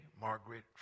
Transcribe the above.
Margaret